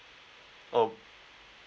oh